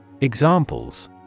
Examples